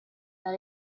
that